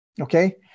Okay